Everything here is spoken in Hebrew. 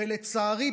ולצערי,